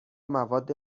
مواد